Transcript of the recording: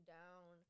down